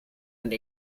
and